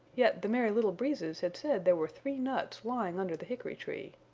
yet the merry little breezes had said there were three nuts lying under the hickory tree.